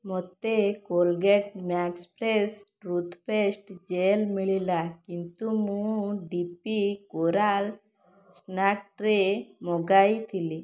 ମୋତେ Colgate Max Fresh toothpaste gel ମିଳିଲା କିନ୍ତୁ ମୁଁ D P coral snack tray ମଗାଇଥିଲି